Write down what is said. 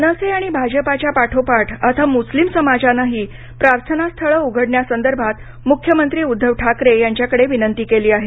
मनसे आणि भाजपाच्या पाठोपाठ आता मुस्लिम समाजानंही प्रार्थनास्थळ उघडण्यासंदर्भात मुख्यमंत्री उद्धव ठाकरे यांच्याकडे विनंती केली आहे